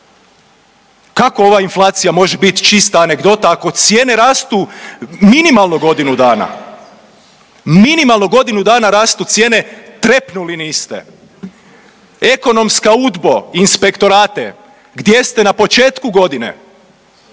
Kako ova inflacija može bit čista anegdota ako cijene rastu minimalno godinu dana? Minimalno godinu dana rastu cijene, trepnuli niste. Ekonomska Udbo, inspektorate gdje ste na početku godine?